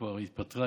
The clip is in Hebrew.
שכבר התפטרה,